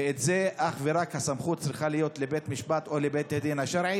בזה הסמכות צריכה להיות אך ורק לבית משפט או לבית הדין השרעי,